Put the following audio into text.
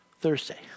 Thursday